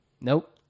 nope